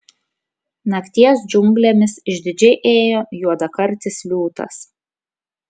nakties džiunglėmis išdidžiai ėjo juodakartis liūtas